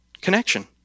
connection